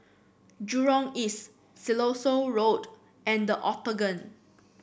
Jurong East Siloso Road and Octagon